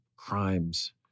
crimes